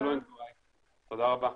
תודה רבה.